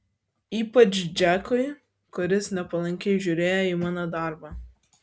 ypač džekui kuris nepalankiai žiūrėjo į mano darbą